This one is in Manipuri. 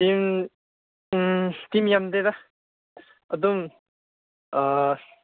ꯇꯤꯝ ꯇꯤꯝ ꯌꯥꯝꯗꯦꯗ ꯑꯗꯨꯝ